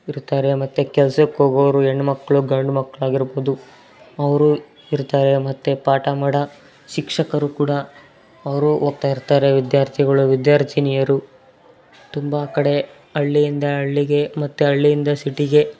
ಇರುತ್ತಾರೆ ಮತ್ತು ಕೆಲ್ಸಕ್ಕೆ ಹೋಗೋವ್ರು ಹೆಣ್ಮಕ್ಳು ಗಂಡ್ಮಕ್ಳು ಆಗಿರ್ಬೋದು ಅವರೂ ಇರ್ತಾರೆ ಮತ್ತು ಪಾಠ ಮಾಡೋ ಶಿಕ್ಷಕರು ಕೂಡ ಅವರೂ ಹೋಗ್ತಾ ಇರ್ತಾರೆ ವಿದ್ಯಾರ್ಥಿಗಳು ವಿದ್ಯಾರ್ಥಿನಿಯರು ತುಂಬ ಕಡೆ ಹಳ್ಳಿಯಿಂದ ಹಳ್ಳಿಗೆ ಮತ್ತು ಹಳ್ಳಿಯಿಂದ ಸಿಟಿಗೆ